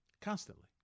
Constantly